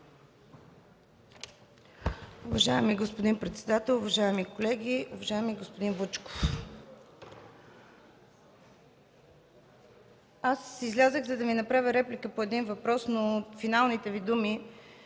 Уважаеми господин председател, уважаеми колеги, уважаеми господин Вучков! Излязох, за да Ви направя реплика по един въпрос, но финалните Ви думи